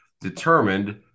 determined